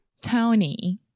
Tony